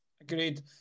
Agreed